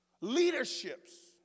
Leaderships